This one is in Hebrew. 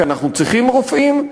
כי אנחנו רוצים רופאים,